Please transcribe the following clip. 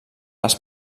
les